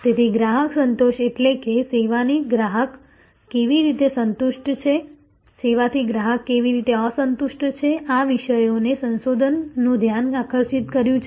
તેથી ગ્રાહક સંતોષ એટલે કે સેવાથી ગ્રાહક કેવી રીતે સંતુષ્ટ છે સેવા થી ગ્રાહક કેવી રીતે અસંતુષ્ટ છે આ વિષયોએ સંશોધનનું ધ્યાન આકર્ષિત કર્યું છે